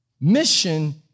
Mission